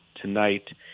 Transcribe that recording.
tonight